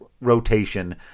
rotation